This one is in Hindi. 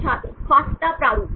छात्र फास्टा प्रारूप